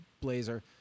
Blazer